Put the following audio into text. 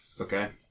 Okay